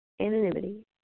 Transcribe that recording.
anonymity